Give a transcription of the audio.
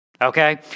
Okay